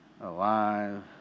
alive